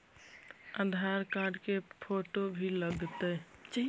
आधार card के photo भी लग तै?